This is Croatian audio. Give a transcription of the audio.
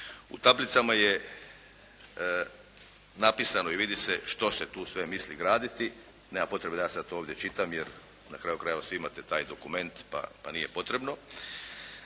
U tablicama je napisano i vidi se što se tu sve misli graditi, nema potrebe da ja sad to ovdje čitam jer na kraju krajeva svi imate taj dokument pa nije potrebno